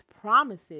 promises